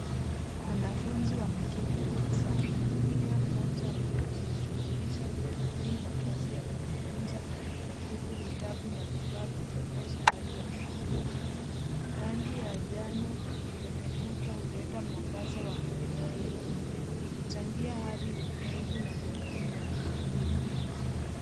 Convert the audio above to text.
Wanafunzi wameketi darasani, kila mmoja akijishughulisha kwa bidii na kazi ya kujifunza huku vitabu na vifaa vikionyesha hali ya maarifa. Rangi ya njano kwenye kuta huleta mwangaza wa matumaini, ikichangia hali ya utulivu na umakini wa kielimu.